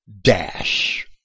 dash